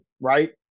right